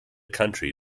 country